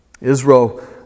Israel